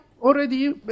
already